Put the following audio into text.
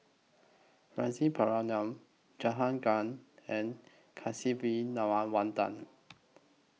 Rasipuram Jahangir and